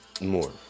more